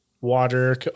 water